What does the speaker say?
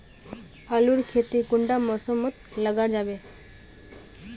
आलूर खेती कुंडा मौसम मोत लगा जाबे?